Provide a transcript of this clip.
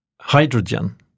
hydrogen